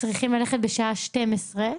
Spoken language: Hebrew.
צריכים ללכת בשעה 12:00,